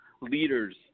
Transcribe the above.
leaders